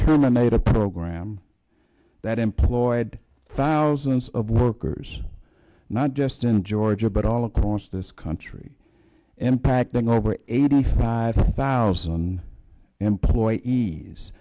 terminate a program that employed thousands of workers not just in georgia but all across this country impacting over eighty five thousand employees